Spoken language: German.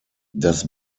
das